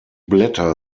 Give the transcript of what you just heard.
blätter